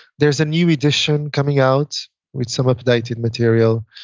there's a new edition coming out with some updated material.